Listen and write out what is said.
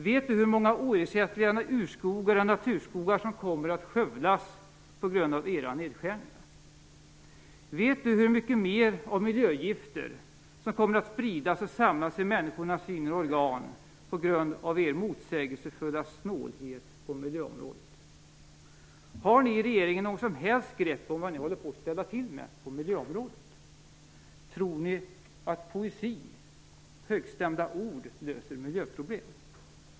Vet du hur många oersättliga urskogar och naturskogar som kommer att skövlas på grund av era nedskärningar? Vet du hur mycket mer av miljögifter som kommer att spridas och samlas i människors inre organ på grund av er motsägelsefulla snålhet på miljöområdet? Har ni i regeringen något som helst grepp om vad ni håller på att ställa till med på miljöområdet? Tror ni att poesi och högstämda ord löser miljöproblem?